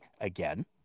again